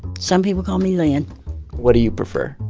some people call me lyn what do you prefer?